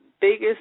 biggest